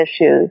issues